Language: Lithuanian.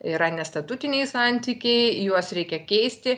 yra nestatutiniai santykiai juos reikia keisti